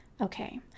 Okay